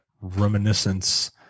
reminiscence